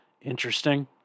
interesting